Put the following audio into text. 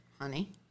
honey